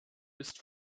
ist